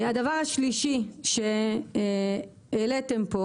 הדבר השלישי שהעליתם פה